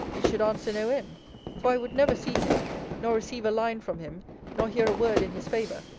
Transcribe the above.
it should answer no end for i would never see him nor receive a line from him nor hear a word in his favour,